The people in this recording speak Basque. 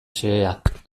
xeheak